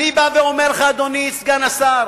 אדוני סגן השר,